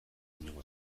inongo